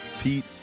Pete